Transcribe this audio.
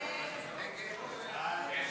ההצעה